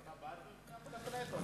אז אתה בעד מדינה פלסטינית?